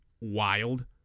wild